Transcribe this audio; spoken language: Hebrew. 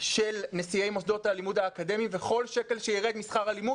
על סיוע של נשיאי מוסדות הלימוד האקדמיים וכל שקל שירד משכר הלימוד,